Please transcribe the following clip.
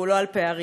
ולא על פערים,